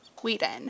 sweden